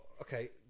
Okay